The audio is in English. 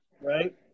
right